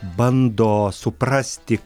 bando suprasti